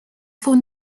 phone